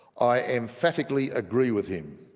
i emphatically agree with him.